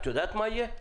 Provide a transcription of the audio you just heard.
את יודעת מה יהיה?